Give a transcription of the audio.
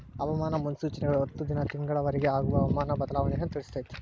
ಹವಾಮಾನ ಮುನ್ಸೂಚನೆಗಳು ಹತ್ತು ದಿನಾ ತಿಂಗಳ ವರಿಗೆ ಆಗುವ ಹವಾಮಾನ ಬದಲಾವಣೆಯನ್ನಾ ತಿಳ್ಸಿತೈತಿ